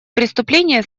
преступления